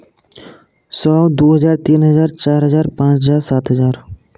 सौ दो हज़ार तीन हज़ार चार हज़ार पाँच हज़ार सात हज़ार